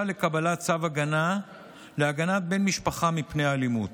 לקבלת צו הגנה להגנת בן משפחה מפני אלימות.